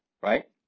right